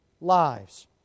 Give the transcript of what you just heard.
lives